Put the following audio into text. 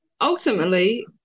ultimately